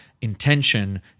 Intention